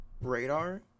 radar